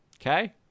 Okay